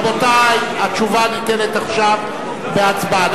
רבותי, התשובה ניתנת עכשיו בהצבעה.